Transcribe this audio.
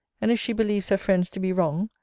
and if she believes her friends to be wrong,